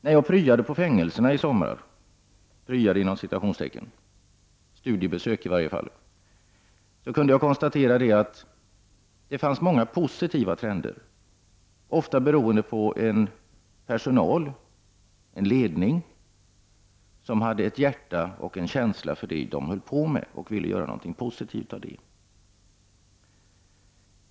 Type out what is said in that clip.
När jag ”pryade” på fängelserna i somras — eller i varje fall gjorde studiebesök — kunde jag konstatera att det fanns många positiva trender, ofta beroende på en personal och en ledning som hade hjärta och känsla för det de höll på med och ville göra någonting positivt av det.